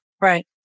Right